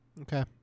Okay